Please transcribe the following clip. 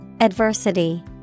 Adversity